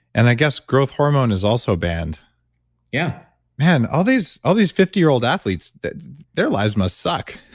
and i guess growth hormone is also banned yeah man. all these all these fifty year old athletes, their lives must suck